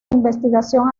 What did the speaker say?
investigación